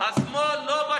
השמאל לא בשלטון,